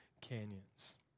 canyons